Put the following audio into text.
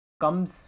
comes